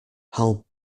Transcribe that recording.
how